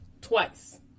twice